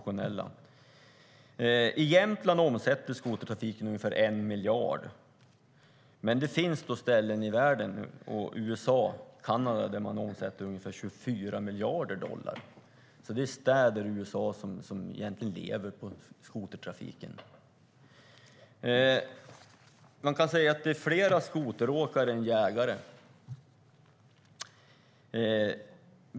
I Jämtland omsätter skotertrafiken ungefär 1 miljard. Men det finns ställen i världen där man omsätter mer. I USA och Kanada omsätter man ungefär 24 miljarder dollar. Det finns städer i USA som lever på skotertrafiken. Man kan säga att det finns fler skoteråkare än jägare.